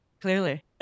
clearly